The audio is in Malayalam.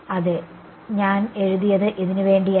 അതെ ഞാൻ എഴുതിയത് ഇതിന് വേണ്ടിയായിരുന്നു